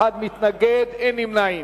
מתנגד אחד ואין נמנעים.